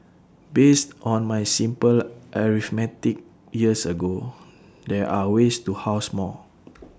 based on my simple arithmetic years ago there are ways to house more